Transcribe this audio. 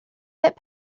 that